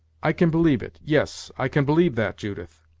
i can believe it yes, i can believe that, judith,